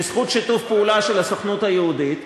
בזכות שיתוף פעולה של הסוכנות היהודית.